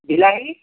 বিলাহী